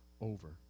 over